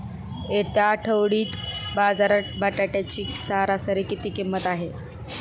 येत्या आठवडी बाजारात बटाट्याची सरासरी किंमत किती आहे?